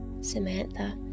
Samantha